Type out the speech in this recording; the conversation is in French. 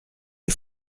les